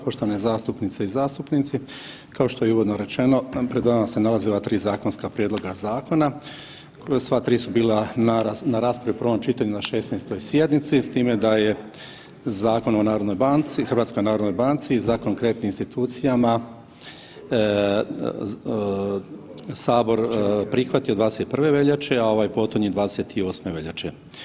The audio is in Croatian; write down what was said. Poštovane zastupnice i zastupnici, kao što je i uvodno rečeno pred vama se nalaze ova tri zakonska prijedloga zakona sva 3 su bila na raspravi u prvom čitanju na 16. sjednici s time da je Zakon o HNB-u i Zakon o kreditnim institucijama sabor prihvatio 21. veljače, a ovaj potonji 28. veljače.